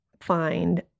find